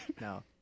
No